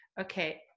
Okay